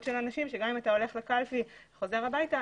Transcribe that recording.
של אנשים שגם אם אתה הולך לקלפי וחוזר הביתה,